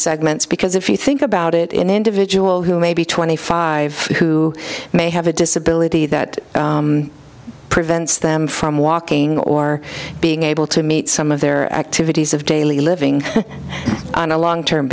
segments because if you think about it in individual who may be twenty five who may have a disability that prevents them from walking or being able to meet some of their activities of daily living on a long term